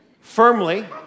firmly